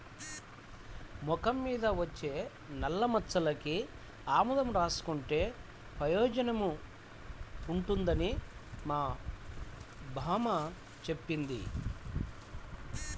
మొఖం మీద వచ్చే నల్లమచ్చలకి ఆముదం రాసుకుంటే పెయోజనం ఉంటదని మా బామ్మ జెప్పింది